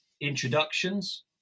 introductions